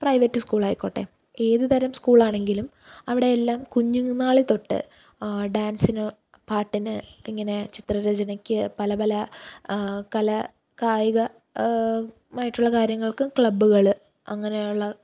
private school ആയിക്കോട്ടെ ഏതുതരം സ്കൂളാണെങ്കിലും അവിടെയെല്ലാം കുഞ്ഞുന്നാളുതൊട്ട് ഡാൻസിനു പാട്ടിന് ഇങ്ങനെ ചിത്രരചനയ്ക്ക് പല പല കലാകായികമായിട്ടുള്ള കാര്യങ്ങൾക്ക് ക്ലബ്ബുകൾ അങ്ങനെയുള്ള